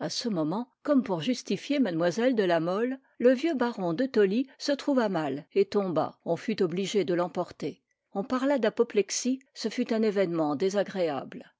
a ce moment comme pour justifier mlle de la mole le vieux baron de tolly se trouva mal et tomba on fut obligé de l'emporter on parla d'apoplexie ce fut un événement désagréable